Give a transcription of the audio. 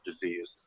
disease